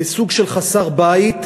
סוג של חסר בית,